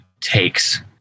takes